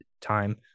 time